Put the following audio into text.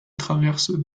traverse